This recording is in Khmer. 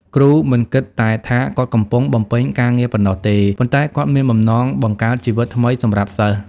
គ្រូមិនគិតតែថាគាត់កំពុង បំពេញការងារប៉ុណ្ណោះទេ ប៉ុន្តែគាត់មានបំណងបង្កើតជីវិតថ្មីសម្រាប់សិស្ស។